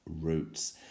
Roots